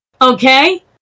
okay